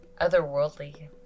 otherworldly